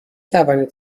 توانید